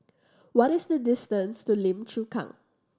what is the distance to Lim Chu Kang